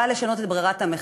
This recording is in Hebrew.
בא לשנות את ברירת המחדל.